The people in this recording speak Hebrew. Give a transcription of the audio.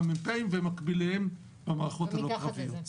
המ"פיים ומקביליהם במערכות הלא קרביות,